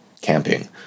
camping